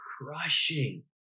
crushing